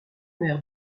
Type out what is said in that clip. maire